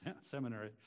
seminary